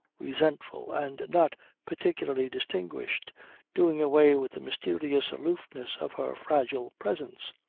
resentful and not particularly distinguished, doing away with the mysterious aloofness of her fragile presence.